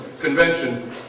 Convention